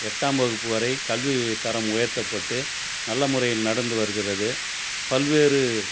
எட்டாம் வகுப்பு வரை கல்வித் தரம் உயர்த்தப்பட்டு நல்ல முறையில் நடந்து வருகிறது பல்வேறு